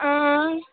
हां